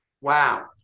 Wow